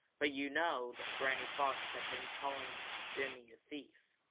but you know that granny fox had been calling jimmy a thief.